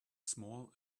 small